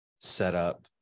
setup